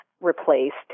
replaced